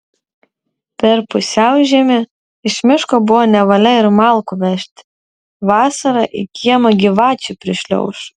per pusiaužiemį iš miško buvo nevalia ir malkų vežti vasarą į kiemą gyvačių prišliauš